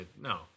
No